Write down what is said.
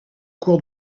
cours